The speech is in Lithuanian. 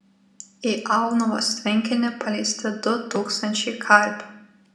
į aunuvos tvenkinį paleisti du tūkstančiai karpių